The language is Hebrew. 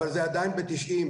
אבל זה עדיין ב-90%.